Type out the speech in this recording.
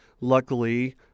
Luckily